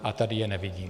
A tady je nevidím.